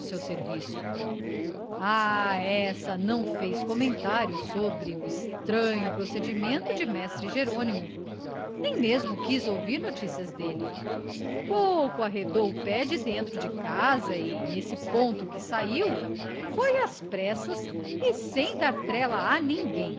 seu serviço ah essa não fez comentários sobre o estranho procedimento de mestre jerônimo nem mesmo quis ouvir noticias dele pouco arredou o pé de dentro de casa e nesse pouco que saiu foi às pressas e sem dar trela a ninguém